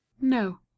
No